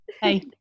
hey